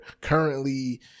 currently